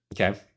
Okay